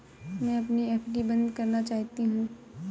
मैं अपनी एफ.डी बंद करना चाहती हूँ